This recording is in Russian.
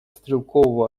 стрелкового